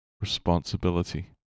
responsibility